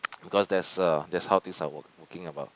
because that's uh that's how things work working about